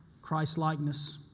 Christ-likeness